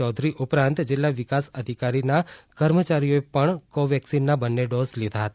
ચૌધરી ઉપરાંત જિલ્લા વિકાસ અધિકારીશ્રીના કર્મચારીઓએ પણ કોવીક્સીનના બંને ડોઝ લીધા હતા